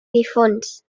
difunts